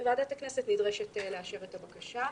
וועדת הכנסת נדרשת לאשר את הבקשה.